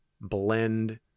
blend